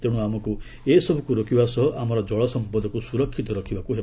ତେଣୁ ଆମକୁ ଏସବୁକୁ ରୋକିବା ସହ ଆମର ଜଳସମ୍ପଦକୁ ସ୍ୱରକ୍ଷିତ ରଖିବାକୁ ହେବ